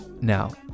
Now